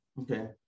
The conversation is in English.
Okay